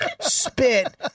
spit